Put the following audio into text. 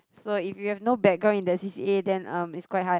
so if you have no background in that C_C_A then um it's quite hard